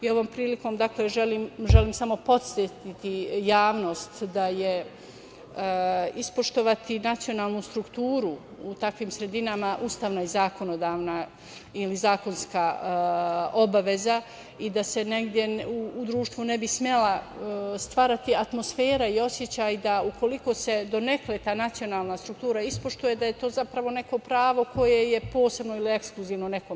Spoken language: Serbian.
Ovom prilikom želim samo podsetiti javnost da je ispoštovati nacionalnu strukturu u takvim sredinama ustavna i zakonodavna ili zakonska obaveza i da se u društvu ne bi smela stvarati atmosfera i osećaj da ukoliko se donekle ta nacionalna struktura ispoštuje da je to zapravo neko pravo koje je posebno ili ekskluzivno nekom